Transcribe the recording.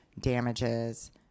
damages